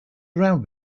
around